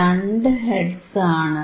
2 hertz ആണ്